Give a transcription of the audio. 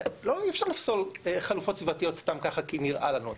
אי אפשר לפסול חלופות סביבתיות סתם ככה כי נראה לנו,